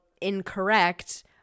incorrect